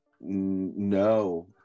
No